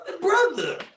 brother